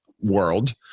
world